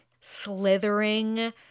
slithering